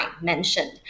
mentioned